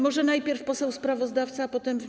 Może najpierw poseł sprawozdawca, a potem.